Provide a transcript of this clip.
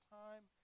time